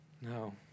No